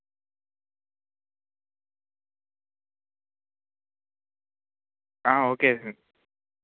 వస్తుంది కానీ మీరు మీరు ఆల్రెడీ నేర్చుకుని మీ దగ్గర మెమో ఉండాలి కదా సర్టిఫికెట్ ఉండాలి కదా